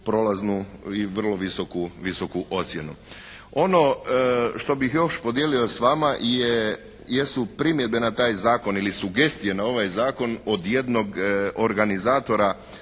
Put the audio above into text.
prolaznu i vrlo visoku, visoku ocjenu. Ono što bih još podijelio s vama je, jesu primjedbe na taj zakon ili sugestije na ovaj zakon od jednog organizatora